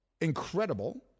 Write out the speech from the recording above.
incredible